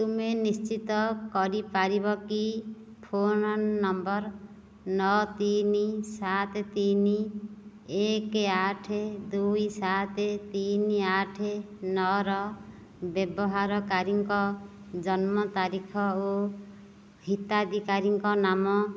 ତୁମେ ନିଶ୍ଚିତ କରିପାରିବ କି ଫୋନ୍ ନମ୍ବର ନଅ ତିନି ସାତ ତିନି ଏକ ଆଠ ଦୁଇ ସାତ ତିନି ଆଠ ନଅର ବ୍ୟବହାରକାରୀଙ୍କ ଜନ୍ମ ତାରିଖ ଓ ହିତାଧିକାରୀଙ୍କ ନାମ